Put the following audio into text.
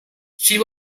she